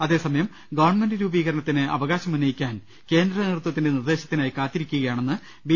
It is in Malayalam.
അതേ സമയം ഗവൺമെന്റ് രൂപീകരണത്തിന് അവകാശമുന്നയിക്കാൻ കേന്ദ്ര നേതൃത്വ ത്തിന്റെ നിർദ്ദേശത്തിനായി കാത്തിരിക്കുകയാണെന്ന് ബി